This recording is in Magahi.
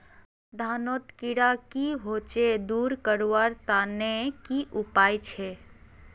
धानोत कीड़ा की होचे दूर करवार तने की उपाय छे?